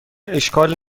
اشکال